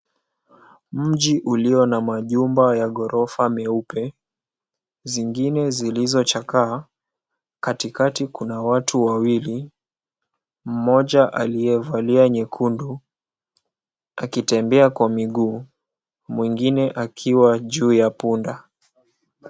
Mji ulio na majumba ya ghorofa meupe, zingine zilizochakaa. Katikati kuna watu wawili, mmoja aliyevalia nyekundu akitembea kwa miguu, mwengine akiwa juu ya punda.